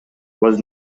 was